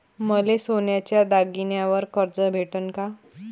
मले सोन्याच्या दागिन्यावर कर्ज भेटन का?